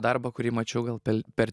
darbą kurį mačiau gal pel per